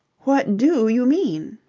what do you mean?